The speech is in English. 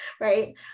right